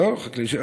חקלאי.